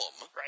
Right